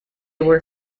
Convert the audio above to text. were